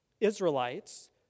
Israelites